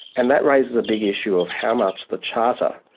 and that raises a big issue of how much the charter,